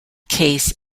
case